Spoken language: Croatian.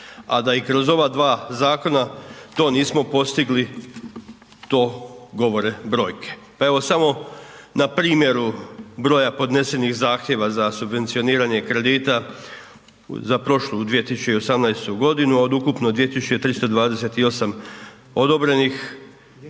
A da i kroz ova dva zakona to nismo postigli to govore brojke. Pa evo samo na primjeru broja podnesenih zahtjeva za subvencioniranje kredita za prošlu 2018. godinu od ukupno 2328 odobrenih